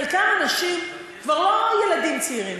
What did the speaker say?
חלקם כבר לא ילדים צעירים,